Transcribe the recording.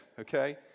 okay